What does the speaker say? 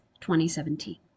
2017